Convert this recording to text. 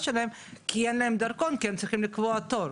שלהם כי אין להם דרכון כי הם צריכים לקבוע תור.